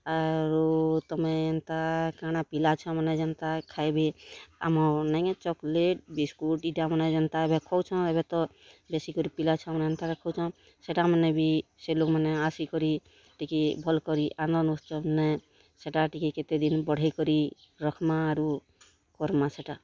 ଆରୁ ତମେ ଏନ୍ତା କାଣା ପିଲା ଛୁଆମାନେ ଯେନ୍ତା ବେ ଆମ ନେଇକେଁ ଚକଲେଟ୍ ବିସ୍କୁଟ୍ ଇଟା ମାନେ ଯେନ୍ତା ଖୋଉଛନ୍ ଏବେ ତ ବେଶୀ କରି ପିଲା ଛୁଆମାନେ ଏନ୍ତାଟା ଖୋଉଛନ୍ ସେଟା ମାନେ ବି ସେ ଲୋକ୍ମାନେ ଆସିକରି ଟିକେ ଭଲ୍ କରି ଆନନ୍ଦ ଉତ୍ସବନେ ସେଟା ଟିକେ କେତେ ଦିନ୍ ବଢ଼େଇ କରି ରଖ୍ମା ଆରୁ କର୍ମା ସେଟା